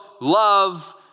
love